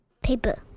Paper